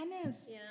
tennis